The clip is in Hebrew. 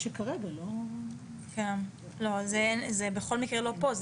ושכרגע לא --- זה בכל מקרה לא פה,